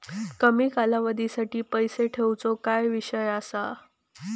कमी कालावधीसाठी पैसे ठेऊचो काय विषय असा?